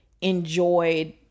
enjoyed